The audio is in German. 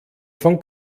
von